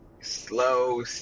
slow